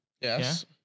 Yes